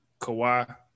Kawhi